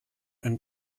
ein